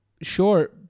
sure